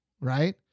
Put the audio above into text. right